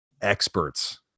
experts